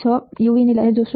6 uV ની લહેર જોશે